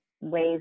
ways